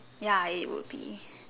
ya it would be